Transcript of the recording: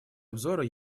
обзора